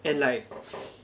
and like